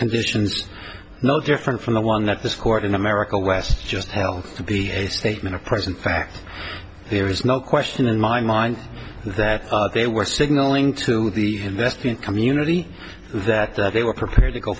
conditions not different from the one that this court in america west just healthy to be a statement of present fact there is no question in my mind that they were signaling to the investment community that they were prepared to go